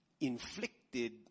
inflicted